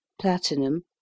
platinum